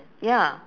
ya